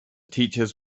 teachers